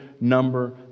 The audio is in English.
number